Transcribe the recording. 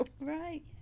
Right